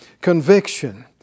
conviction